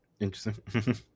Interesting